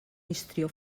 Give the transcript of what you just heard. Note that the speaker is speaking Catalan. histrió